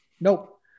nope